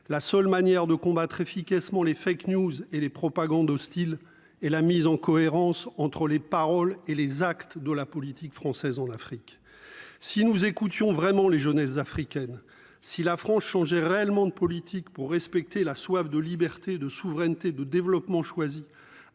La seule manière de combattre efficacement les fake news et les propagandes hostiles et la mise en cohérence entre les paroles et les actes de la politique française en Afrique. Si nous écoutions vraiment les jeunesses africaines. Si la France changer réellement de politique pour respecter la soif de liberté de souveraineté de développement choisi.